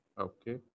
okay